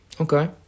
Okay